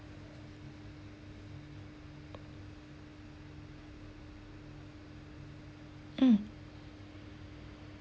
mm